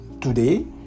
today